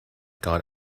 gone